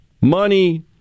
money